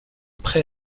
prêt